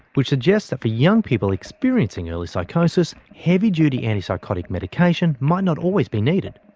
which suggests that for young people experiencing early psychosis, heavy duty antipsychotic medication might not always be needed.